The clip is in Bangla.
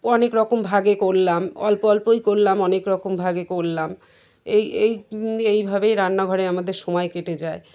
অনেক রকম ভাগে করলাম অল্প অল্পই করলাম অনেক রকম ভাগে করলাম এই এই এই ভাবেই রান্নাঘরে আমাদের সময় কেটে যায়